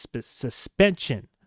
suspension